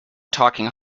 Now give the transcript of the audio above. talking